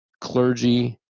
clergy